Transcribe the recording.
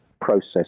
process